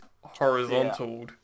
horizontal